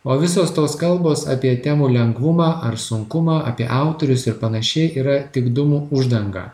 o visos tos kalbos apie temų lengvumą ar sunkumą apie autorius ir panašiai yra tik dūmų uždanga